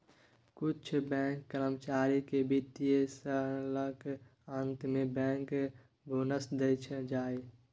किछ बैंक कर्मचारी केँ बित्तीय सालक अंत मे बैंकर बोनस देल जाइ